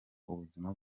ubuzima